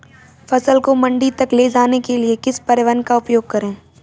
फसल को मंडी तक ले जाने के लिए किस परिवहन का उपयोग करें?